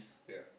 ya